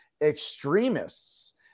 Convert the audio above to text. extremists